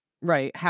right